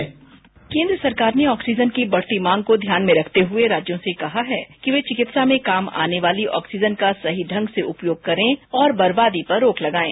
sound bite केन्द्र सरकार ने बढती मांग को ध्यान में रखते हुए राज्यों से कहा है कि वे चिकित्सा में काम आने वाली ऑक्सीजन का सही ढंग से उपयोग करें और दरबादी पर रोक लगाएं